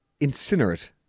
Incinerate